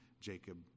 jacob